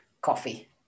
Coffee